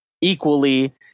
equally